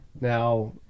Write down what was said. Now